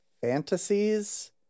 Fantasies